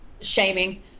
shaming